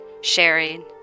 sharing